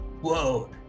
Whoa